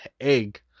egg